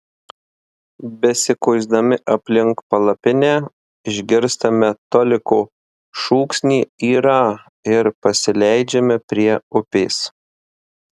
besikuisdami aplink palapinę išgirstame toliko šūksnį yra ir pasileidžiame prie upės